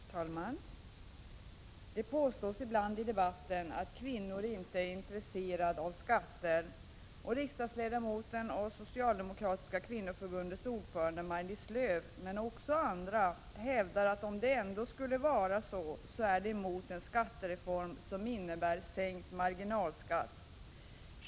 Herr talman! Det påstås ibland i debatten att kvinnor inte är intresserade av skatter. Riksdagsledamoten och Socialdemokratiska kvinnoförbundets ordförande Maj-Lis Lööw, men också andra, att om de ändå skulle vara det så är de emot en skattereform som innebär sänkt marginalskatt.